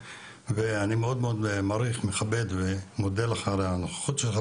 אני מאוד מעריך, מכבד ומודה לך על הנוכחות שלך.